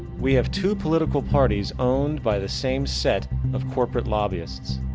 we have two political parties owned by the same set of corporate lobbyists.